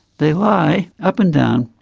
they lie. up and down.